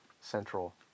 central